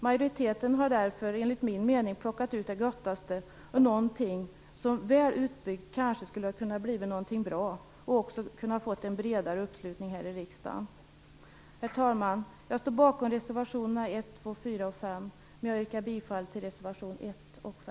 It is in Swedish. Majoriteten har därför, enligt min mening, plockat ut det gôttaste ur någonting som väl utbyggt kanske skulle ha kunnat bli någonting bra och även kunnat få en bredare uppslutning här i riksdagen. Herr talman! Jag står bakom reservationerna 1, 2, 4 och 5. Men jag yrka bifall endast till reservationerna